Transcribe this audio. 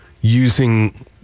using